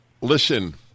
listen